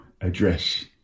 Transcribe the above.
address